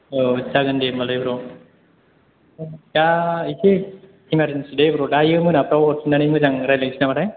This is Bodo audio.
औ जागोन दे होमबालाय ब्र दा एसे इमारजिनसि दे ब्र दायो मोनाफ्राव हरफिननानै मोजां रायलायसै नामाथाय